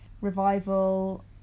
revival